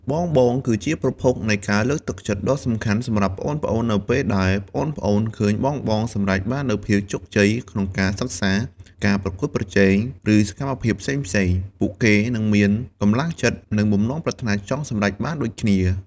បងៗគឺជាប្រភពនៃការលើកទឹកចិត្តដ៏សំខាន់សម្រាប់ប្អូនៗ នៅពេលដែលប្អូនៗឃើញបងៗ សម្រេចបាននូវភាពជោគជ័យ ក្នុងការសិក្សា ការប្រកួតប្រជែង ឬសកម្មភាពផ្សេងៗ ពួកគេនឹងមាន កម្លាំងចិត្ត និងបំណងប្រាថ្នាចង់សម្រេចបានដូចគ្នា ។